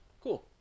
Cool